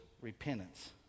repentance